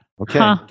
Okay